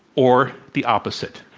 or the opposite?